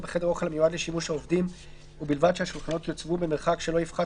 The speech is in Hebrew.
בחדר אוכל המיועד לשימוש העובדים ובלבד שהשולחנות יוצבו במרחק שלא יפחת